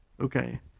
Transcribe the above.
okay